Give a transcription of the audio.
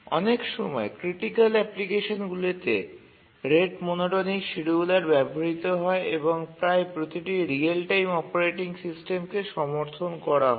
অনেক সময় ক্রিটিকাল অ্যাপ্লিকেশনগুলিতে রেট মনোটোনিক শিডিয়ুলার ব্যবহৃত হয় এবং প্রায় প্রতিটি রিয়েল টাইম অপারেটিং সিস্টেমকে সমর্থন করা হয়